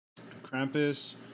Krampus